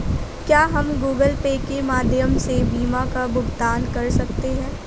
क्या हम Google Pay के माध्यम से बीमा का भुगतान कर सकते हैं?